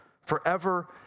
forever